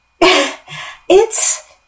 It's-